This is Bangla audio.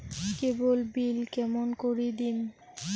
কেবল বিল কেমন করি দিম?